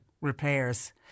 repairs